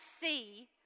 see